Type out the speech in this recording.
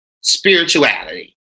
spirituality